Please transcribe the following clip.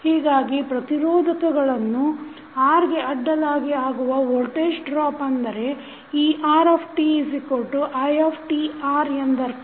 ಹೀಗಾಗಿ ಪ್ರತಿರೋಧಕಗಳನ್ನು R ಗೆ ಅಡ್ಡಲಾಗಿ ಆಗುವ ವೋಲ್ಟೇಜ್ ಡ್ರಾಪ್ ಅಂದರೆ eRtitR ಎಂದರ್ಥ